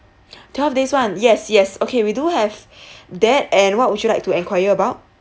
twelve days [one] yes yes okay we do have that and what would you like to enquire about